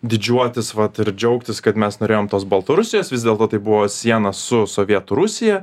didžiuotis vat ir džiaugtis kad mes norėjom tos baltarusijos vis dėlto tai buvo siena su sovietų rusija